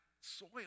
soil